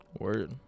Word